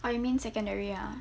or you mean secondary ah